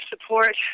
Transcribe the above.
support